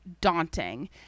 daunting